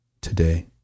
today